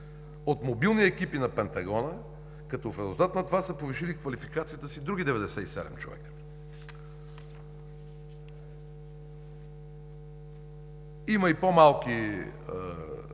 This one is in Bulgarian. от мобилни екипи на Пентагона, като в резултат на това са повишили квалификацията си други 97 човека. Има и по-малки